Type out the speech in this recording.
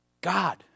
God